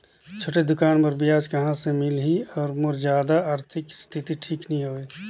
छोटे दुकान बर ब्याज कहा से मिल ही और मोर जादा आरथिक स्थिति ठीक नी हवे?